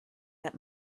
that